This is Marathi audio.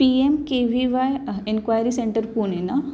P M K V Y enquiry centre Pune ना